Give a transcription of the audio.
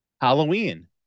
Halloween